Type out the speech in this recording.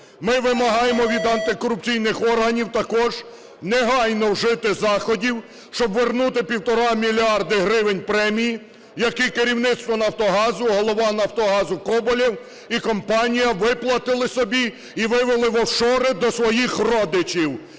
Ми вимагаємо від антикорупційних органів також негайно вжити заходів, щоб вернути 1,5 мільярда гривень премій, яке керівництво "Нафтогазу", голова "Нафтогазу" Коболєв і компанія, виплатили собі і вивели в офшори до своїх родичів,